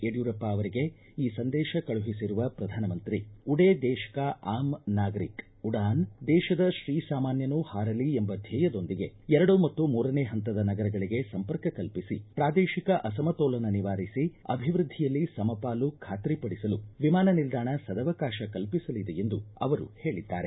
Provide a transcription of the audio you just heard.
ಯಡಿಯೂರಪ್ಪ ಅವರಿಗೆ ಈ ಸಂದೇಶ ಕಳುಹಿಸಿರುವ ಪ್ರಧಾನಮಂತ್ರಿ ಉಡೇ ದೇಶ ಕಾ ಆಮ್ ನಾಗರಿಕ್ ಉಡಾನ್ ದೇಶದ ಶ್ರೀಸಾಮಾನ್ದನೂ ಹಾರಲಿ ಎಂಬ ಧ್ಹೇಯದೊಂದಿಗೆ ಎರಡು ಮತ್ತು ಮೂರನೇ ಹಂತದ ನಗರಗಳಿಗೆ ಸಂಪರ್ಕ ಕಲ್ಪಿಸಿ ಪ್ರಾದೇಶಿಕ ಅಸಮತೋಲನ ನಿವಾರಿಸಿ ಅಭಿವೃದ್ಧಿಯಲ್ಲಿ ಸಮಪಾಲು ಖಾತ್ರಿಪಡಿಸಲು ವಿಮಾನ ನಿಲ್ದಾಣ ಸದವಕಾಶ ಕಲ್ಪಿಸಲಿದೆ ಎಂದು ಅವರು ಹೇಳಿದ್ದಾರೆ